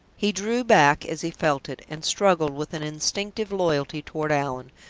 he drew back as he felt it, and struggled, with an instinctive loyalty toward allan,